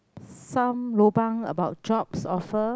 some lobang about jobs offer